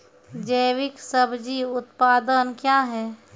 जैविक सब्जी उत्पादन क्या हैं?